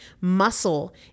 Muscle